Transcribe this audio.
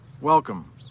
welcome